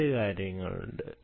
രണ്ട് കാര്യങ്ങളുണ്ട്